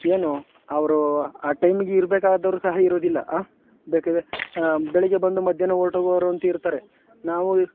ಏನೂ ಅವರು ಆ ಟೈಮಿಗೆ ಇರಬೇಕಾದವ್ರೂ ಸಹ ಇರುವುದಿಲ್ಲ ಬೇಕಾದರೆ ಬೆಳಗ್ಗೆ ಬಂದು ಮಧ್ಯಾಹ್ನ ಹೊರ್ಟೋಗೋವ್ರು ಅಂತ ಇರ್ತಾರೆ ನಾವು